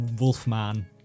Wolfman